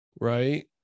right